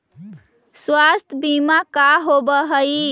स्वास्थ्य बीमा का होव हइ?